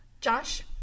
Josh